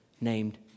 named